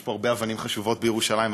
יש פה הרבה אבנים חשובות בירושלים,